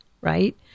right